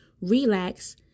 relax